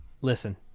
Listen